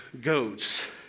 goats